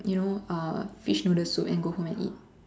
you know uh fish noodle soup and go home and eat